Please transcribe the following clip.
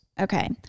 okay